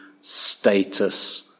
status